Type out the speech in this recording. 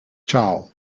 ciao